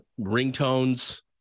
ringtones